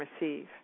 receive